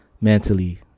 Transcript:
mentally